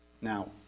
Now